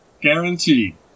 Guaranteed